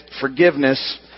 forgiveness